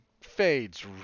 fades